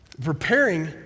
Preparing